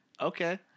okay